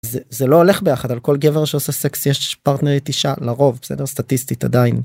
זה לא הולך ביחד על כל גבר שעושה סקס יש פרטנרית אישה לרוב בסדר סטטיסטית עדיין.